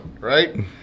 Right